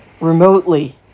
remotely